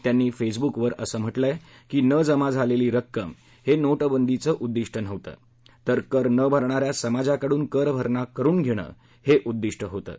त्यांनी फेसबुकवर म्हटलं आहे की न जमा झालेली रक्कम हे नोटबंदीचं उद्दिष्ट नव्हतं तर कर न भरणा या समाजाकडून करभरणा करुन घेणं हे उद्दिष्ट होतं